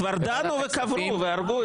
כבר דנו וקברו והרגו את זה.